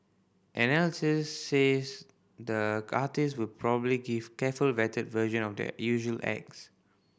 analysis says the artist will probably give careful vetted version of their usual acts